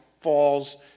falls